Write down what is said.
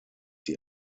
die